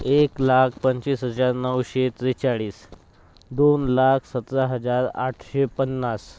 एक लाख पंचवीस हजार नऊशे त्रेचाळीस दोन लाख सतरा हजार आठशे पन्नास